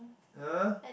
!huh!